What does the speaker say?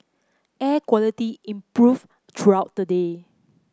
air quality improve throughout the day